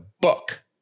book